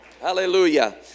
Hallelujah